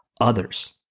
others